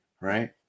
right